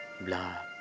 black